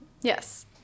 yes